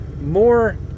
more